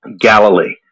Galilee